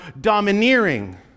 domineering